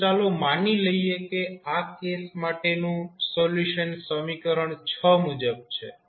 તો ચાલો માની લઈએ કે આ કેસ માટેનું સોલ્યુશન સમીકરણ મુજબ છે